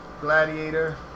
Gladiator